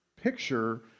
picture